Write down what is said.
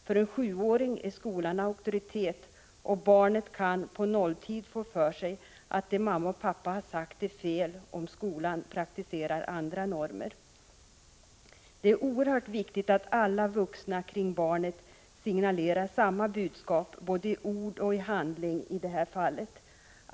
För en sjuåring är skolan auktoritet, och barnet kan på nolltid få för sig att det mamma och pappa har sagt är fel, om skolan handlar efter andra normer. Det är oerhört viktigt att alla vuxna kring barnet signalerar samma budskap, både i ord ochi handling i det här fallet.